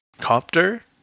copter